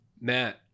Matt